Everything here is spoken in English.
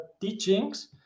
teachings